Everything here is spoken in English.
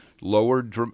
lowered